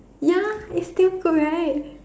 ya it's damn good right